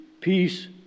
Peace